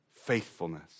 faithfulness